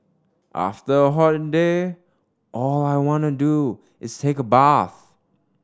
after a hot day all I want to do is take a bath